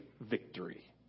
victory